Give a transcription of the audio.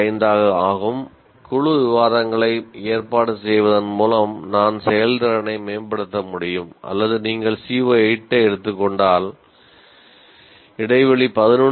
5 ஆகும் குழு விவாதங்களை ஏற்பாடு செய்வதன் மூலம் நான் செயல்திறனை மேம்படுத்த முடியும் அல்லது நீங்கள் CO8 ஐ எடுத்துக் கொண்டால் இடைவெளி 11